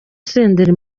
senderi